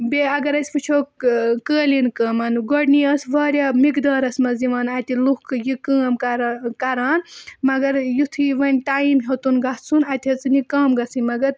بیٚیہِ اگر أسۍ وٕچھو قٲلیٖن کٲمَ گۄڈنی آسہٕ واریاہ مقدارَس منٛز یِوان اَتہِ لُکھ یہِ کٲم کَران کَران مگر یُتھٕے وۄنۍ ٹایم ہیوٚتُن گژھُن اَتہِ ہیٚژٕنۍ یہِ کَم گژھٕنۍ مگر